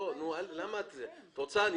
את רוצה?